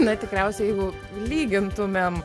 na tikriausiai jeigu lygintumėm